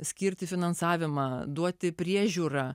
skirti finansavimą duoti priežiūrą